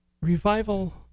revival